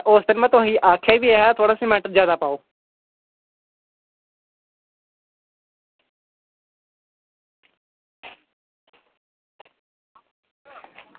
उस दिन में तु'सेंगी आक्खेआ बी ऐहा कि थोह्ड़ा सीमैंट जादै पाओ